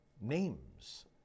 names